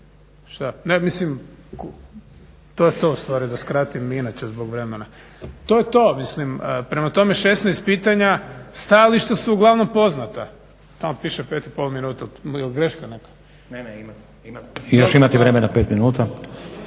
tako mislim to je to ustvari da skratim i inače zbog vremena. To je to. Mislim, prema tome 16 pitanja, stajališta su uglavnom poznata. Tamo piše 5,5 minuta jel greška neka? **Stazić, Nenad (SDP)** Ne, ne, još imate vremena 5 minuta.